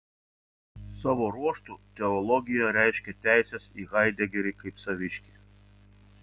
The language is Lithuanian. savo ruožtu teologija reiškė teises į haidegerį kaip saviškį